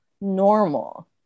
normal